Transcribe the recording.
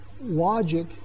logic